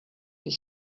his